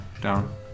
down